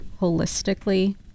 holistically